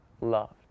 loved